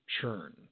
churn